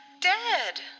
dead